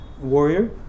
warrior